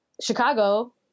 Chicago